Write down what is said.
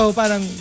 parang